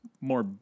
more